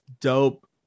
dope